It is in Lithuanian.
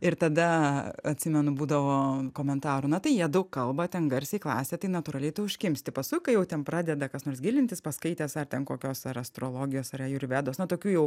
ir tada atsimenu būdavo komentarų na tai jie daug kalba ten garsiai klasė tai natūraliai tu užkimšti paskui kai jau ten pradeda kas nors gilintis paskaitęs ar ten kokios ar astrologijos ar ajurvedos na tokių jau